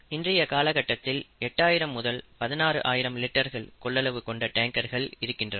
இன்றைய காலகட்டத்தில் 8 ஆயிரம் முதல் 16 ஆயிரம் லிட்டர் கொள்ளளவு கொண்ட டேங்கர்கள் இருக்கின்றன